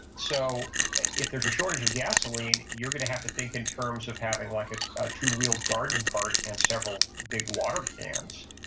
so if there's a shortage of gasoline, you're going to have to think in terms of having like ah a two-wheeled garden cart and several big water cans.